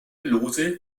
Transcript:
lose